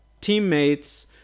teammates